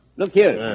look here.